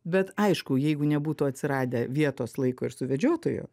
bet aišku jeigu nebūtų atsiradę vietos laiko ir suvedžiotojo